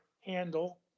handle